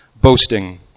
boasting